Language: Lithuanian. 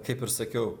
kaip ir sakiau